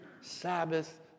Sabbath